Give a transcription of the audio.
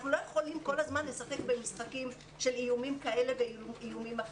אנחנו לא יכולים כל הזמן לשחק במשחקים של איומים כאלה ואחרים.